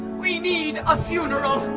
we need a funeral!